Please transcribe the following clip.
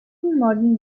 modern